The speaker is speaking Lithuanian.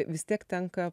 vis tiek tenka